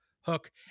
Hook